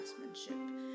craftsmanship